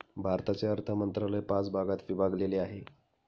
भारताचे अर्थ मंत्रालय पाच भागात विभागलेले आहे